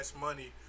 money